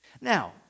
now